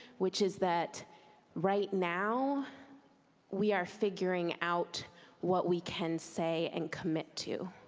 which is that right now we are figuring out what we can say and commit to.